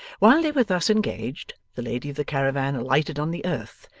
while they were thus engaged, the lady of the caravan alighted on the earth,